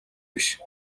биш